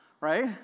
Right